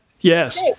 Yes